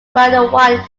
brandywine